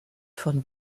von